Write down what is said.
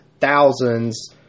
thousands